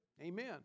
Amen